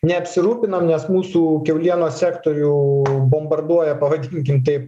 neapsirūpinam nes mūsų kiaulienos sektorių bombarduoja pavadinkim taip